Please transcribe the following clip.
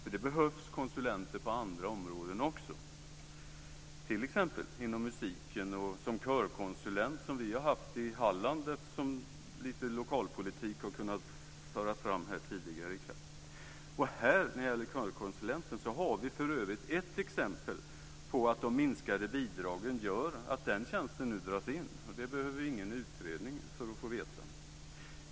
Det behövs konsulenter också på andra områden, t.ex. inom musiken. I Halland har vi t.ex. haft en körkonsulent - detta sagt som lite lokalpolitik eftersom det har kunnat föras fram här tidigare i kväll. Här har vi för övrigt ett exempel på att de minskade bidragen gör att körkonsulenttjänsten nu dras in. Det behöver vi ingen utredning för att få veta.